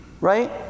right